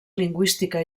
lingüística